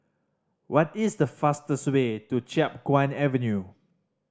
what is the fastest way to Chiap Guan Avenue